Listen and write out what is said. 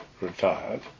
retired